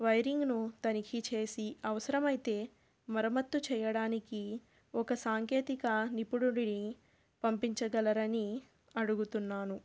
వైరింగ్ను తనిఖీ చేసి అవసరమైతే మరమత్తు చేయడానికి ఒక సాంకేతిక నిపుణుడిని పంపించగలరని అడుగుతున్నాను